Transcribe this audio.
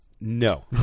No